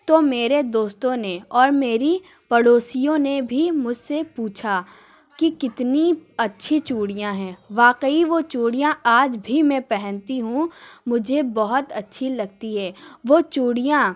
تو میرے دوستوں نے اور میری پڑوسیوں نے بھی مجھ سے پوچھا کہ کتنی اچھی چوڑیاں ہیں واقعی وہ چوڑیاں آج بھی میں پہنتی ہوں مجھے بہت اچھی لگتی ہیں وہ چوڑیاں